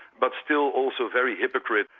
but still also very hypocrit,